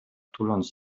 tuląc